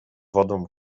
wodą